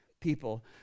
people